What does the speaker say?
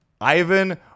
Ivan